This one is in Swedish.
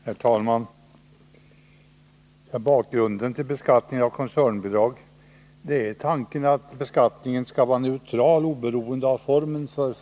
Herr talman! Bakgrunden till reglerna om beskattning av koncernbidrag är Beskattningsregtanken att beskattningen skall vara neutral och oberoende av företagsform.